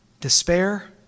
despair